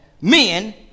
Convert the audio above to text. men